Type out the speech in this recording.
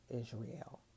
Israel